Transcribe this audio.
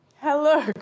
Hello